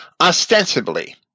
Ostensibly